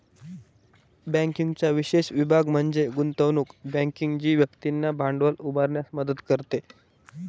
बँकिंगचा विशेष विभाग म्हणजे गुंतवणूक बँकिंग जी व्यक्तींना भांडवल उभारण्यास मदत करते